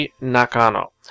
Nakano